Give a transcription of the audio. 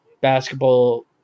Basketball